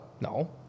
No